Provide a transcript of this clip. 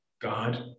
God